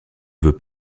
veut